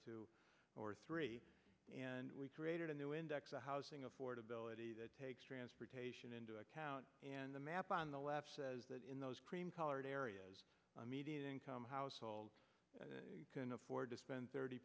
two or three and we created a new index a housing affordability that takes transportation into account and the map on the left says that in those cream colored areas i mean come households can afford to spend thirty